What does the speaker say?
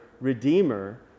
Redeemer